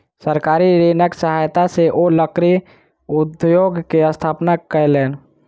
सरकारी ऋणक सहायता सॅ ओ लकड़ी उद्योग के स्थापना कयलैन